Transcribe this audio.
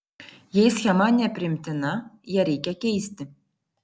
jei schema nepriimtina ją reikia keisti